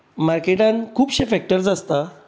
मार्केटांत खुबशे फॅक्टर आसता